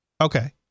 Okay